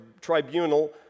tribunal